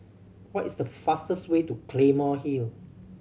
what is the fastest way to Claymore Hill